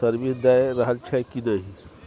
service दए रहल छै कि नहि